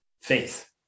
faith